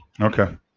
Okay